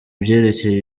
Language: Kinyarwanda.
byerekeye